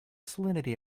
salinity